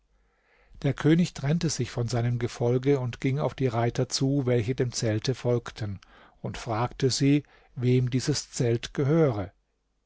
der könig trennte sich von seinem gefolge und ging auf die reiter zu welche dem zelte folgten und fragte sie wem dieses zelt gehöre